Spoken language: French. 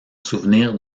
souvenir